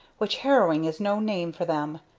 which arrowing is no name for them.